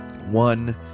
One